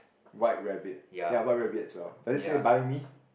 white rabbit ya white rabbit as well does it say buy me